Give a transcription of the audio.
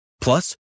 Plus